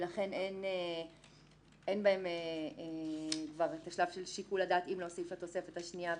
ולכן אין כבר שלב של שיקול הדעת אם להוסיף לתוספת השנייה.